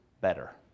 better